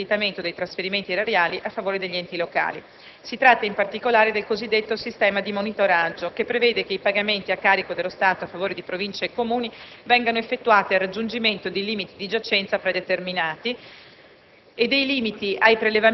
con riferimento alle modalità di accreditamento dei trasferimenti erariali a favore degli enti locali; si tratta, in particolare, del cosiddetto sistema di monitoraggio, che prevede che i pagamenti a carico dello Stato a favore di Province e Comuni vengano effettuati al raggiungimento di limiti di giacenza predeterminati